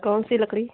कौन सी लकड़ी